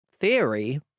theory